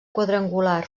quadrangular